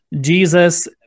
Jesus